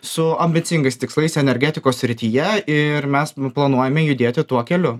su ambicingais tikslais energetikos srityje ir mes planuojame judėti tuo keliu